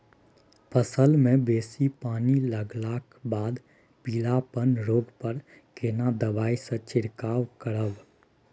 फसल मे बेसी पानी लागलाक बाद पीलापन रोग पर केना दबाई से छिरकाव करब?